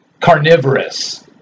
carnivorous